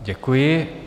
Děkuji.